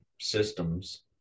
systems